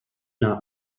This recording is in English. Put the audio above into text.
not